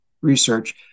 research